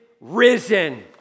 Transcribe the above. risen